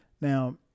Now